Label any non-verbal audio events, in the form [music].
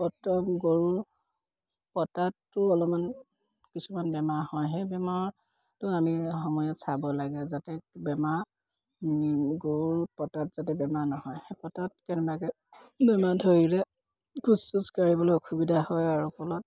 [unintelligible] গৰুৰ পতাতটো অলপমান কিছুমান বেমাৰ হয় সেই বেমাৰটো আমি সময়ে চাব লাগে যাতে বেমাৰ গৰুৰ পটাত যাতে বেমাৰ নহয় সেই পটাত কেনেবাকৈ বেমাৰ ধৰিলে খোজ চোজা কাঢ়িবলৈ অসুবিধা হয় আৰু ফলত